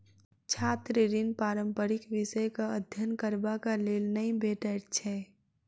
छात्र ऋण पारंपरिक विषयक अध्ययन करबाक लेल नै भेटैत छै